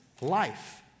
Life